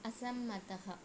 असंमतः